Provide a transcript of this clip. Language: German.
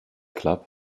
club